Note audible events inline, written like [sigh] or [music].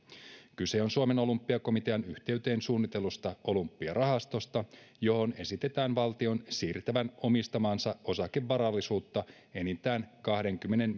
kyse on suomen olympiakomitean yhteyteen suunnitellusta olympiarahastosta johon esitetään valtion siirtävän omistamaansa osakevarallisuutta enintään kahdenkymmenen [unintelligible]